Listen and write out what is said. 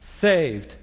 saved